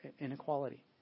inequality